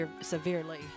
severely